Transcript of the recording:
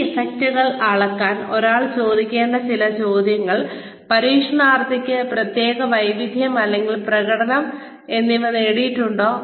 ഈ ഇഫക്റ്റുകൾ അളക്കാൻ ഒരാൾ ചോദിക്കേണ്ട ചില ചോദ്യങ്ങൾ പരിശീലനാർത്ഥികൾക്ക് പ്രത്യേക വൈദഗ്ദ്ധ്യം അറിവ് അല്ലെങ്കിൽ പ്രകടനം എന്നിവ നേടിയിട്ടുണ്ടോ